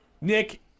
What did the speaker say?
Nick